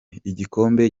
igikombe